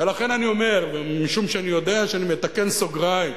לכן אני אומר, משום שאני יודע שאני מתקן סוגריים,